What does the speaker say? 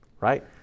right